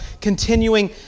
continuing